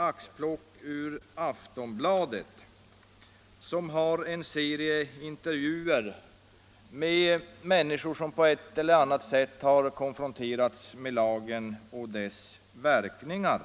Aftonbladet har haft en serie intervjuer med människor som på ett eller annat sätt konfronterats med lagen och dess verkningar.